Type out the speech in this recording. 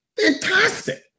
fantastic